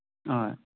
ꯑꯍꯣꯏ